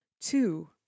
Two